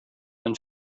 een